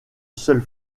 seule